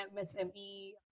MSME